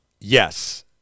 Yes